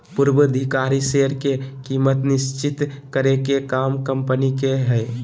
पूर्वधिकारी शेयर के कीमत निश्चित करे के काम कम्पनी के हय